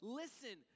listen